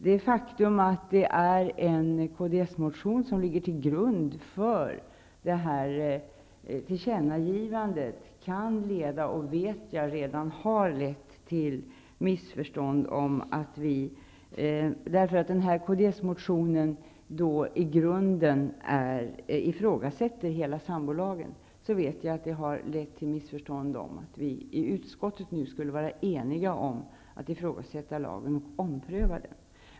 Det faktum att det är en kds-motion som ligger till grund för reservationsyrkandet om ett tillkännagivande kan leda -- och jag vet att så redan har skett -- till missförstånd, därför att den här kdsmotionen i grunden ifrågasätter hela sambolagen. Missförstånd har alltså uppstått, om att vi i utskottet skulle vara eniga om att ifrågasätta lagen och vilja ompröva den.